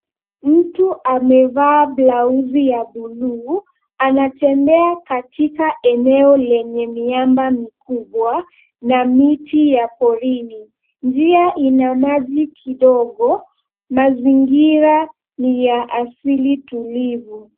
Mtu amevaa blauzi ya buluu anatembea katika eneo lenye miamba mikubwa na miti ya porini. Njia ina maji kidogo, mazingira ni ya asili tulivu.